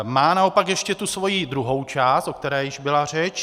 Má naopak ještě tu svoji druhou část, o které již byla řeč.